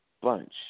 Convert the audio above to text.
bunch